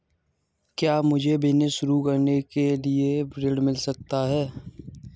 क्या मुझे बिजनेस शुरू करने के लिए ऋण मिल सकता है?